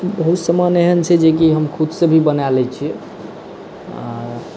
बहुत सामान एहन छै जे की हम खुद सॅं भी बना लै छियै